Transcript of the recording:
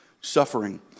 suffering